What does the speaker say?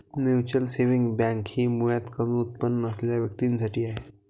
mutual saving bank ही मुळात कमी उत्पन्न असलेल्या व्यक्तीं साठी आहे